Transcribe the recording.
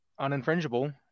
uninfringible